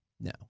No